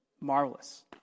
marvelous